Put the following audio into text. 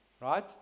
right